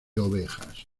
ovejas